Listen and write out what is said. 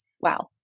Wow